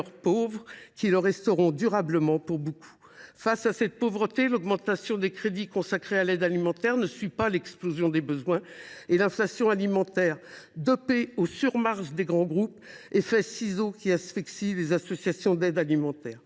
beaucoup le resteront durablement. Face à cette pauvreté, l’augmentation des crédits consacrés à l’aide alimentaire ne suit ni l’explosion des besoins ni l’inflation alimentaire dopée aux surmarges des grands groupes – un effet de ciseaux qui asphyxie les associations d’aide alimentaire.